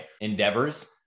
endeavors